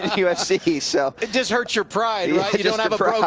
ufc. so it just hurts your pride not but